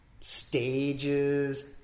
stages